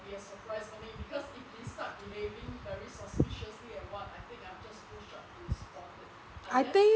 I think